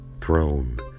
throne